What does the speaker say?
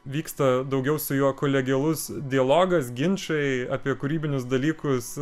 vyksta daugiau su juo kolegialus dialogas ginčai apie kūrybinius dalykus